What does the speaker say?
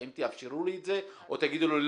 האם תאפשרו לי את זה או תגידו לי,